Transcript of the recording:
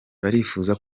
barifuza